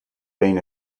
been